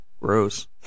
gross